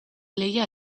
lehia